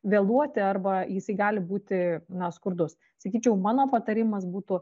vėluoti arba jisai gali būti na skurdus sakyčiau mano patarimas būtų